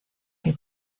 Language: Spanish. que